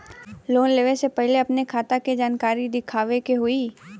Loan लेवे से पहिले अपने खाता के जानकारी दिखावे के होई?